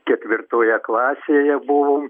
ketvirtoje klasėje buvom